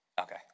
Okay